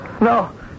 No